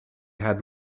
had